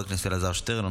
חבר הכנסת אלעזר שטרן,